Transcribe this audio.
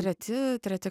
treti treti